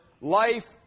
life